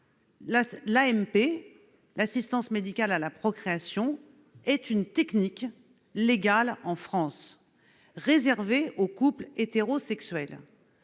l'AMP, l'assistance médicale à la procréation, est une technique légale en France, réservée aux couples hétérosexuels.